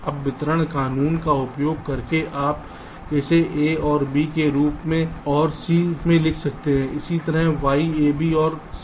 अब वितरण कानून का उपयोग करके आप इसे a ओर b के रूप में ओर c में लिख सकते हैं इसी तरह y a b ओर c था